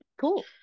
Cool